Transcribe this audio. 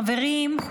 חברים,